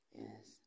yes